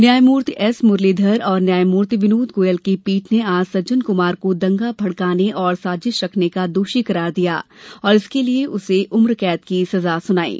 न्यायमूर्ति एस मुरलीधर और न्यायमूर्ति विनोद गोयल की पीठ ने आज सज्जन कुमार को दंगा भड़काने और साजिश रचने का दोषी करार दिया और इसके लिए उसे उम्रकैद की सजा सुनायी